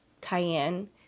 cayenne